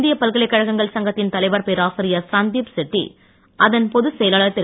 இந்தியப் பல்கலைக்கழகங்கள் சங்கத்தின் தலைவர் பேராசிரியர் சந்தீப் சஞ்சேத்தி அதன் பொதுச்செயலர் திரு